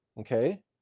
okay